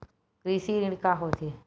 कृषि ऋण का होथे?